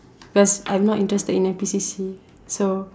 cause I'm not interested in N_P_C_C so